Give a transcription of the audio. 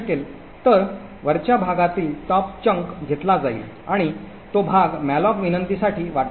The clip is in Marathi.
तर वरच्या भागातील भाग घेतला जाईल आणि तो भाग मॅलोक विनंतीसाठी वाटप केला जाईल